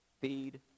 feed